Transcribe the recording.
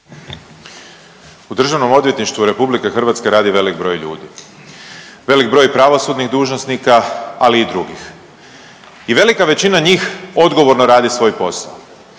**Grbin, Peđa (SDP)** U DORH-u radi velik broj ljudi. Velik broj pravosudnih dužnosnika, ali i drugih. I velika većina njih odgovorno radi svoj posao,